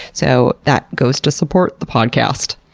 so that goes to support the podcast.